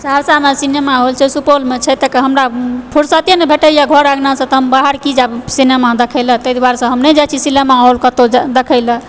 सहरसामे cinema hall छै सुपौलमे छै तकरा बाद फ़ुरसते नहि भेटैया घर अङ्गना से हम बाहर की जायब सिनेमा देखय लए तै दुआरे से हम नहि जाइ छी सिनेमा हॉल कतौ देखय लए